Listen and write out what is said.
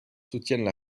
soutiennent